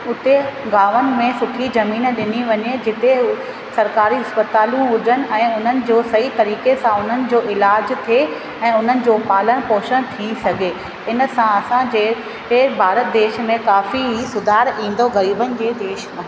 उते गामनि में सुठी ज़मीन ॾिनी वञे जिते सरकारी अस्पतालूं हुजनि ऐं उन्हनि जो सही तरीक़े सां उन्हनि जो इलाज़ थिए ऐं उन्हनि जो पालण पोषण थी सघे इनसां असांजे ए भारत देश में काफ़ी सुधार ईंदो ग़रीबनि जे देश खां